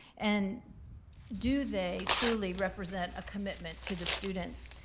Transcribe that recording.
and do they truly represent a commitment to the students,